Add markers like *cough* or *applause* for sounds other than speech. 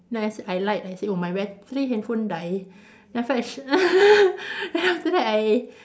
then I said I lied I said oh my battery handphone die then after that *laughs* then after that I